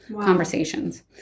conversations